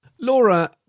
Laura